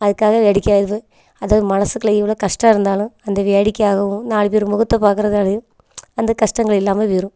அதுக்காக வேடிக்கையாது அதாவது மனசுக்குள்ளே எவ்வளோ கஷ்டம் இருந்தாலும் அந்த வேடிக்கையாகவும் நாலு பேர் முகத்தை பார்க்குறனாலையும் அந்த கஷ்டங்கள் இல்லாமல் போய்டும்